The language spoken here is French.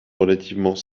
relativement